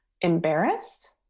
Embarrassed